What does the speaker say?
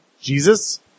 Jesus